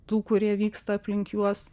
tų kurie vyksta aplink juos